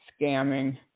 scamming